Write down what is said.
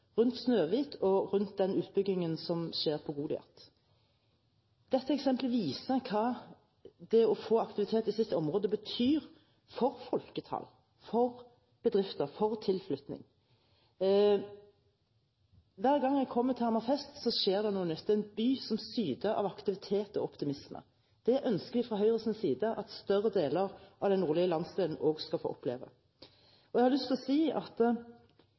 rundt Snøhvit og rundt den utbyggingen som skjer på Goliat. Dette eksemplet viser hva det å få aktivitet i sitt område betyr for folketall, for bedrifter og for tilflytting. Hver gang jeg kommer til Hammerfest, har det skjedd noe nytt. Det er en by som syder av aktivitet og optimisme. Fra Høyres side ønsker vi at større deler av den nordlige landsdelen også skal få oppleve det. Jeg har lyst til å si at